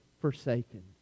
forsaken